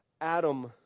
Adam